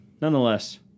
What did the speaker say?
Nonetheless